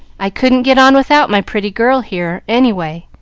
i couldn't get on without my pretty girl here, any way.